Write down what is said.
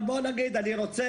אבל בוא נגיד, אני רוצה,